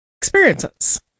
experiences